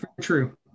True